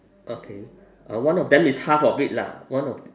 okay uh one of them is half of it lah one of